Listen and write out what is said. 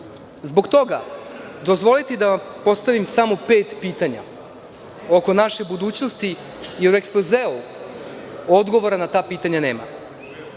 Zbog toga dozvolite da postavim pet pitanja oko naše budućnosti jer u ekspozeu odgovore na ta pitanja nisam